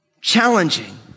challenging